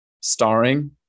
Starring